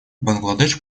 бангладеш